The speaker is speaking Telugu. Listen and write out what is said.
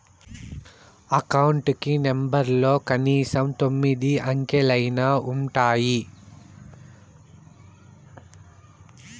అకౌంట్ కి నెంబర్లలో కనీసం తొమ్మిది అంకెలైనా ఉంటాయి